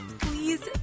please